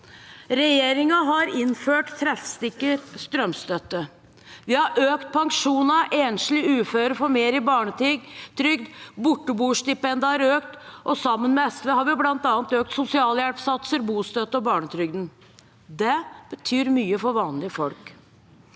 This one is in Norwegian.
Regjeringen har innført treffsikker strømstøtte. Vi har økt pensjonene, enslige og uføre får mer i barnetrygd, borteboerstipendet har økt, og sammen med SV har vi bl.a. økt sosialhjelpssatser, bostøtte og barnetrygden. Det betyr mye for vanlige folk.